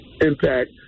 impact